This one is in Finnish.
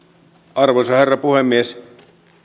arvoisa herra puhemies